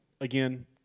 Again